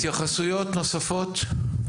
התייחסויות נוספות, בבקשה.